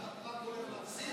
למה, טראמפ הולך להפסיד?